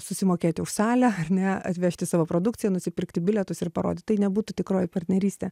susimokėti už salę ar ne atvežti savo produkciją nusipirkti bilietus ir parodyt tai nebūtų tikroji partnerystė